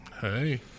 Hey